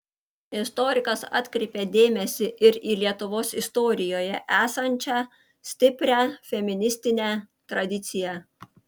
istorikas atkreipė dėmesį ir į lietuvos istorijoje esančią stiprią feministinę tradiciją